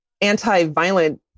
anti-violent